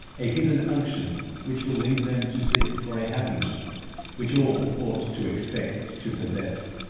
a hidden unction, which will lead them to seek for a happiness which all ought to expect to possess.